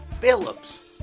Phillips